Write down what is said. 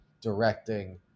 directing